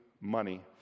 money